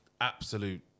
absolute